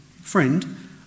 Friend